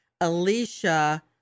Alicia